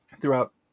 Throughout